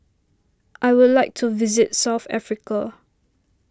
I would like to visit South Africa